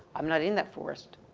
i'm not in that forest.